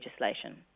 legislation